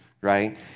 right